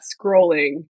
scrolling